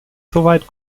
soweit